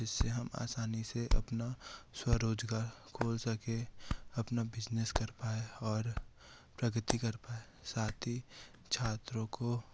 जिससे हम आसानी से हम अपना स्वरोजगार खोल सके अपना बिजनेस कर पाए और प्रगति कर पाए साथ ही छात्रों को